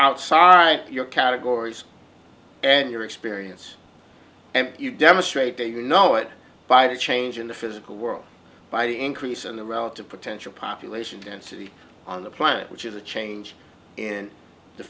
outside your categories and your experience and you demonstrate that you know it by the change in the physical world by the increase in the relative potential population density on the planet which is a change in the